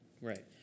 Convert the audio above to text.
Right